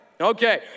Okay